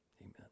amen